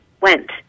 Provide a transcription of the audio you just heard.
went